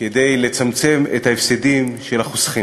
כדי לצמצם את ההפסדים של החוסכים.